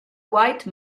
white